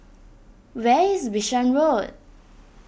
where is Bishan Road